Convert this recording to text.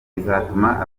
bizatuma